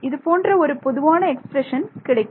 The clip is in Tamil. இது போன்ற ஒரு பொதுவான எக்ஸ்பிரஷன் கிடைக்கும்